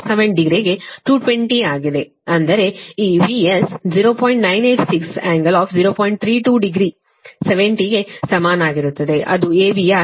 32 degree 70 ಕ್ಕೆ ಸಮನಾಗಿರುತ್ತದೆ ಅದು AVR 71